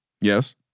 Yes